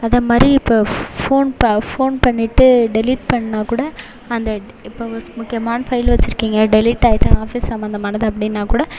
அது மாதிரி இப்போ ஃபோன் ஃபோன் பண்ணிவிட்டு டெலிட் பண்ணால் கூட அந்த இப்போ முக்கியமான ஃபைல் வெச்சுருக்கீங்க டெலிட் ஆகிட்டு ஆஃபீஸ் சம்பந்தமானது அப்படினா கூட